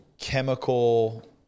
chemical